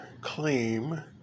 claim